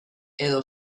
edo